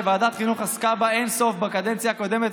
שוועדת החינוך עסקה בה אין-סוף בקדנציה הקודמת,